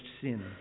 sin